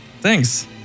Thanks